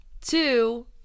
two